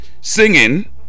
singing